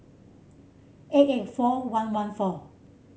eight eight four one one four